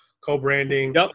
co-branding